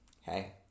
hey